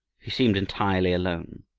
he seemed entirely alone.